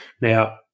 now